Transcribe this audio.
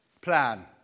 plan